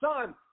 son